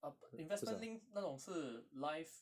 ah investment linked 那种是 life